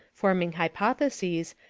forming hypotheses,